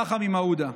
רחמים מעודה.